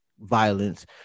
violence